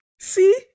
See